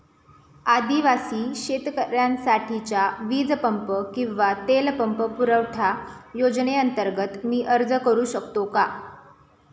आदिवासी शेतकऱ्यांसाठीच्या वीज पंप किंवा तेल पंप पुरवठा योजनेअंतर्गत मी अर्ज करू शकतो का?